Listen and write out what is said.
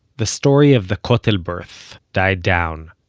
the story of the kotel birth died down.